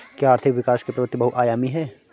क्या आर्थिक विकास की प्रवृति बहुआयामी है?